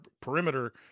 perimeter